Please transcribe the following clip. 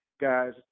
guys